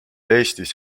eestis